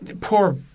Poor